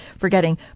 forgetting